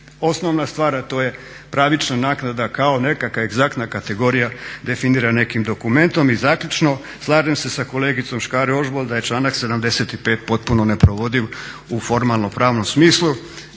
osnovna stvar, a to je pravična naknada kao nekakva egzaktna kategorija definira nekim dokumentom. I zaključno, slažem se sa kolegicom Škare-Ožbolt da je članak 75. potpuno neprovodiv u formalno-pravnom smislu